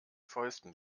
fäusten